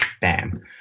Bam